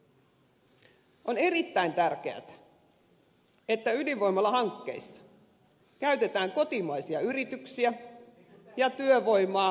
on erittäin tärkeätä että ydinvoimalahankkeissa käytetään kotimaisia yrityksiä ja työvoimaa mahdollisimman laajasti